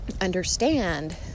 understand